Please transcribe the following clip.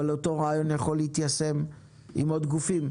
אבל אותו רעיון יכול להיות מיושם עם עוד גופים.